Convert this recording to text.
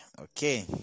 okay